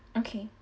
okay